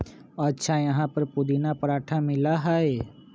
अच्छा यहाँ पर पुदीना पराठा मिला हई?